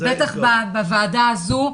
בטח בוועדה הזו,